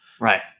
right